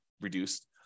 reduced